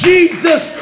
Jesus